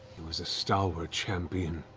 he was a stalwart champion.